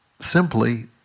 simply